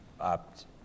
opt